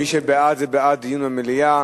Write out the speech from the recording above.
מי שבעד הוא בעד דיון במליאה,